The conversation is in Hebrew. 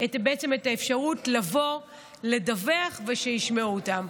את האפשרות לדווח ושישמעו אותן.